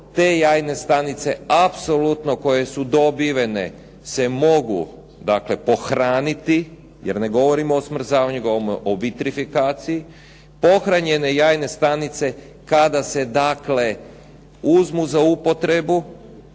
žene, te stanice apsolutno koje su dobivene se mogu pohraniti, jer ne govorim o smrzavanju, govorimo o vitrifikaciji, pohranjene jajne stanice kada se uzmu za upotrebu